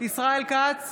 ישראל כץ,